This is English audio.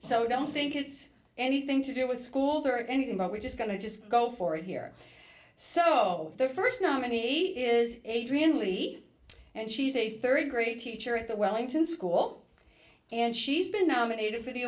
so don't think it's anything to do with schools or anything but we're just going to just go for it here so the first nominee is adrian leigh and she's a third grade teacher at the wellington school and she's been nominated for the